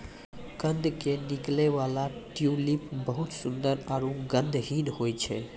कंद के निकलै वाला ट्यूलिप बहुत सुंदर आरो गंधहीन होय छै